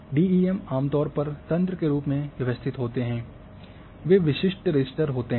DEM आमतौर पर तंत्र के रूप में व्यवस्थित होते हैं वे विशिष्ट रास्टर होते हैं